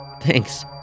Thanks